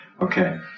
Okay